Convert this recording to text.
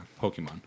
Pokemon